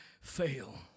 fail